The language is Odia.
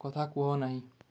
କଥା କୁହ ନାହିଁ